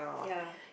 ya